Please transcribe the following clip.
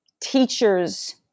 teachers